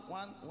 one